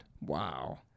Wow